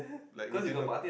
like we didn't